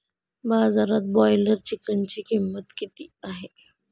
बाजारात ब्रॉयलर चिकनची किंमत किती आहे?